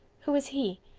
who is he?